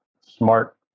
smart